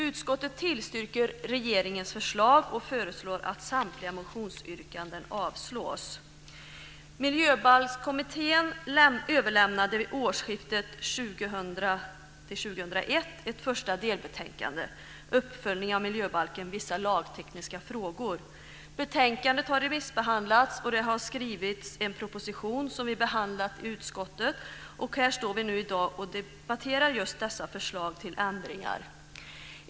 Utskottet tillstyrker regeringens förslag och föreslår att samtliga motionsyrkanden avslås. 2000/2001 ett första delbetänkande Uppföljning av miljöbalken - vissa lagtekniska frågor. Betänkandet har remissbehandlats, det har skrivits en proposition som vi har behandlat i utskottet, och här står vi nu i dag och debatterar just dessa förslag till ändringar.